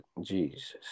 Jesus